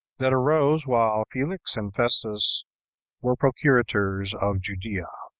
that arose while felix and festus were procurators of judea.